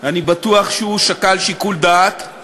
אני בטוח שהוא שקל שיקול דעת, את